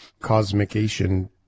cosmication